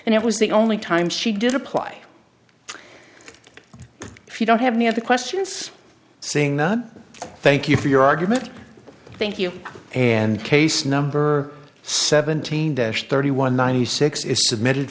and it was the only time she did apply if you don't have any other questions saying that thank you for your argument thank you and case number seventeen the thirty one ninety six